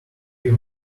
give